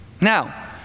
Now